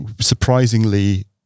surprisingly